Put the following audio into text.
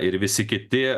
ir visi kiti